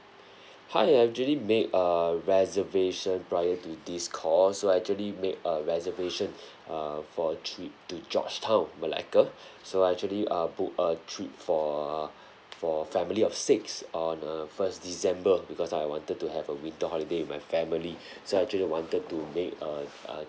hi I've actually made a reservation prior to this call so I actually made a reservation err for a trip to georgetown malacca so I actually uh book a trip for uh for family of six on uh first december because I wanted to have a winter holiday with my family so I actually wanted to make uh a